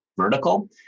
vertical